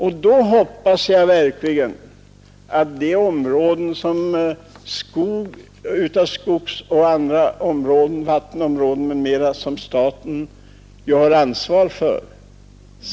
Jag hoppas därför också att staten ser till att förgiftningen inte ökar i de skogsområden, vattenområden m.m. som staten har ansvar för.